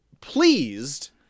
pleased